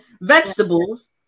vegetables